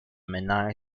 menai